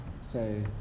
say